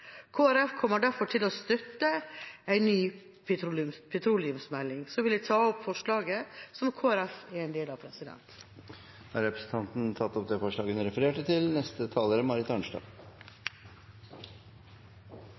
Folkeparti kommer derfor til å støtte en ny petroleumsmelding. Så vil jeg ta opp forslaget som Kristelig Folkeparti er en del av. Representanten Rigmor Andersen Eide har tatt opp det forslaget hun refererte til.